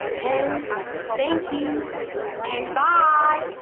and thank you and bye.